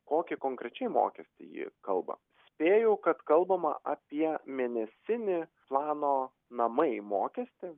kokį konkrečiai mokestį ji kalba spėju kad kalbama apie mėnesinį plano namai mokestį